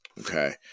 Okay